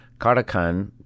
Karakhan